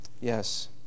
Yes